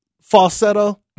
falsetto